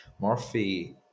murphy